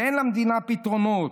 ואין למדינה פתרונות.